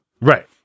Right